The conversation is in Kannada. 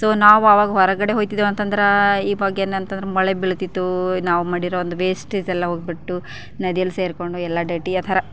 ಸೊ ನಾವು ಅವಾಗ ಹೊರಗಡೆ ಹೊಗ್ತಿದ್ದೇವಂತದರ ಈ ಬಗ್ಗೆ ಏನತಂದರೆ ಮಳೆ ಬೀಳ್ತಿತ್ತು ನಾವು ಮಾಡಿರೋ ಒಂದು ವೇಸ್ಟೇಜೆಲ್ಲ ಹೋಗ್ಬಿಟ್ಟು ನದಿಯಲ್ಲಿ ಸೇರಿಕೊಂಡು ಎಲ್ಲ ಡರ್ಟಿ ಆ ಥರ